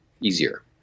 easier